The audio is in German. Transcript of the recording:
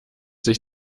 sich